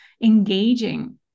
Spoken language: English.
engaging